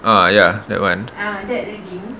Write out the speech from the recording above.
uh ya that [one]